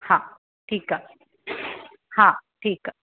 हा ठीकु आहे हा ठीकु आहे